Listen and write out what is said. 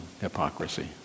hypocrisy